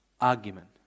argument